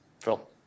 Phil